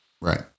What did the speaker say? Right